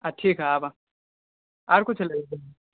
ठीक हइ आबह आर कुछ लेबयके हइ